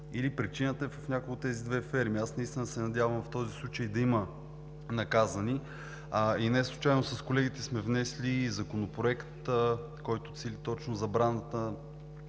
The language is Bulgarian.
или причината е в някоя от двете ферми. Аз наистина се надявам в този случай да има наказани и неслучайно с колегите сме внесли законопроект, който цели точно забраната